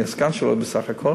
אני הסגן שלו בסך הכול,